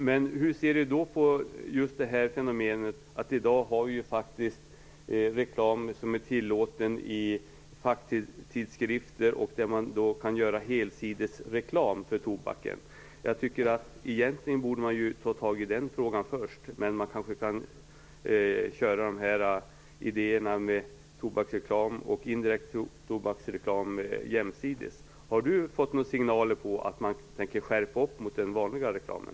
Men hur ser Rinaldo Karlsson på fenomenet att vi i dag faktiskt tillåter reklam i facktidskrifter, där man alltså kan göra helsidesreklam för tobak? Jag tycker att man egentligen borde ta tag i den frågan först. Men man kanske kan köra det här med tobaksreklam och indirekt tobaksreklam jämsides. Har Rinaldo Karlsson fått några signaler om att man tänker skärpa bestämmelserna när det gäller den vanliga reklamen?